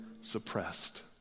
suppressed